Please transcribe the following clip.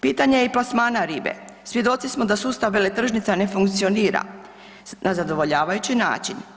Pitanje je i plasmana ribe, svjedoci smo da sustav veletržnica ne funkcionira na zadovoljavajući način.